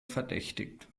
verdächtigt